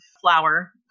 flour